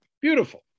Beautiful